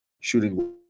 shooting